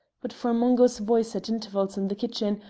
but for mungo's voice at intervals in the kitchen,